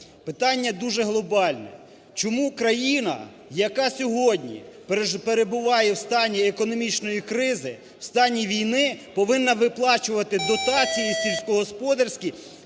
питання дуже глобальне: чому країна, яка сьогодні перебуває у стані економічної кризи, у стані війни, повинна виплачувати дотації сільськогосподарські